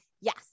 yes